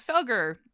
Felger